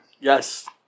Yes